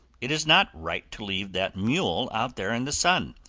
it is not right to leave that mule out there in the sun.